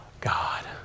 God